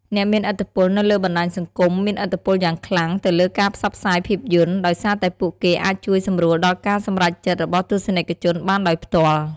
អ្នកមានឥទ្ធិពលនៅលើបណ្ដាញសង្គមមានឥទ្ធិពលយ៉ាងខ្លាំងទៅលើការផ្សព្វផ្សាយភាពយន្ត ដោយសារតែពួកគេអាចជួយសម្រួលដល់ការសម្រេចចិត្តរបស់ទស្សនិកជនបានដោយផ្ទាល់។